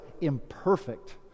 imperfect